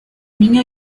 niño